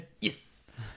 Yes